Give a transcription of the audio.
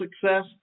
Success